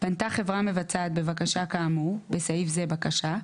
פנתה חברה מבצעת בבקשה כאמור (בסעיף זה בקשה),